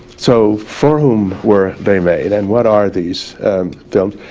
so for whom were they made and what are these films?